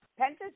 Penta's